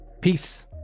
Peace